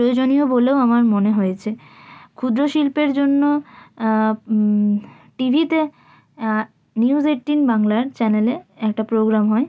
প্রয়োজনীয় বলেও আমার মনে হয়েছে ক্ষুদ্র শিল্পের জন্য টিভিতে নিউস এইট্টিন বাংলার চ্যানেলে একটা প্রোগ্রাম হয়